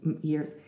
years